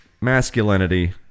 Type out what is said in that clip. masculinity